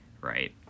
right